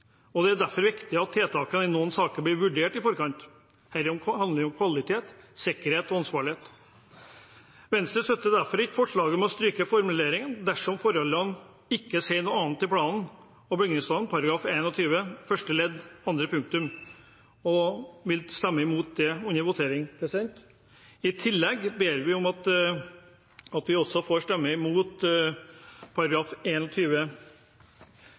og det er derfor viktig at tiltaket i noen saker blir vurdert i forkant. Dette handler om kvalitet, sikkerhet og ansvarlighet. Venstre støtter derfor ikke forslaget om å stryke formuleringen «dersom forholdene ikke tilsier noe annet» i plan- og bygningsloven § 21-4 første ledd andre punktum og vil stemme mot dette under voteringen. I tillegg ber vi om at vi også får stemme imot